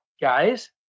guys